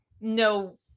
no